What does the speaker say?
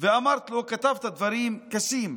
ואמרתי לו: כתבת דברים קשים,